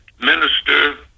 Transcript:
minister